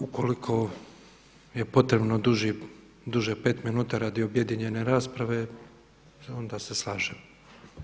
Ukoliko je potrebno duže pet minuta radi objedinjene rasprave, onda se slažem.